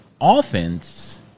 offense